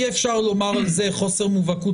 ואי אפשר לומר על זה חוסר מובהקות